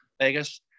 Vegas